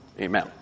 Amen